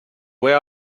where